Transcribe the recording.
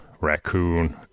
raccoon